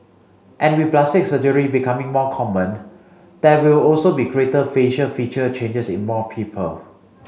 and with plastic surgery becoming more common there will also be greater facial feature changes in more people